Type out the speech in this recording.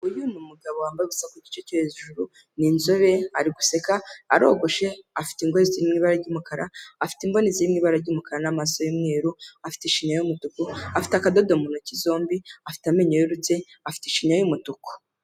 Uyu ni umugabo wambaye ubusa ku gice cyo hejuru ni inzobe, ari guseka, arogoshe, afite ingohe ziri mu ibara ry'umukara, afite imboni ziri mu ibara ry'umukara n'amaso y'umweru, afite ishinya y'umutuku, afite akadodo mu ntoki zombi, afite amenyo yerurutse, afite ishinya y'umutuku.